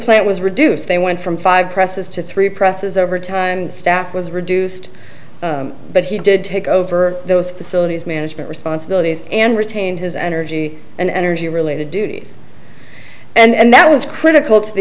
plant was reduced they went from five presses to three presses overtime staff was reduced but he did take over those facilities management responsibilities and retained his energy and energy related duties and that was critical to the